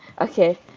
Okay